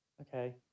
Okay